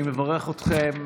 אני מברך אתכם